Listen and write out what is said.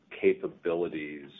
capabilities